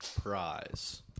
prize